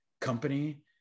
company